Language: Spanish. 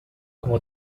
como